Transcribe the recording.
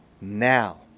now